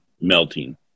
melting